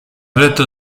retta